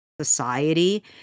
society